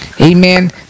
Amen